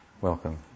Welcome